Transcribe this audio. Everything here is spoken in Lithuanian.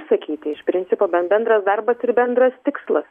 sakyti iš principo ben bendras darbas ir bendras tikslas